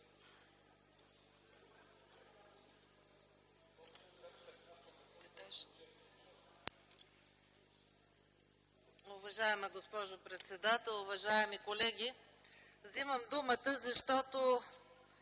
Уважаема госпожо председател, уважаеми колеги! Вземам думата, защото